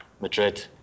Madrid